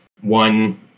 one